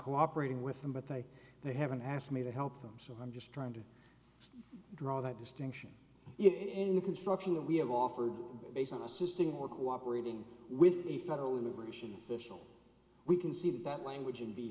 cooperating with them but they they haven't asked me to help them so i'm just trying to draw that distinction in the construction that we have offered based on assisting or cooperating with the federal immigration officials we can see that language and be